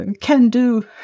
can-do